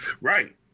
Right